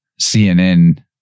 CNN